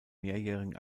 mehrjährigen